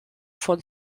von